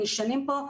אני שנים פה,